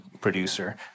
producer